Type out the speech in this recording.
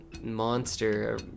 Monster